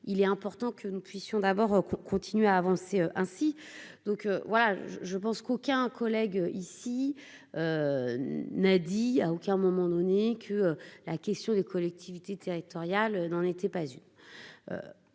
il est important que nous puissions d'abord qu'on continue à avancer ainsi donc voilà je, je pense qu'aucun collègue ici n'a dit à aucun moment donné que la question des collectivités territoriales dans n'était pas eu